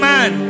Man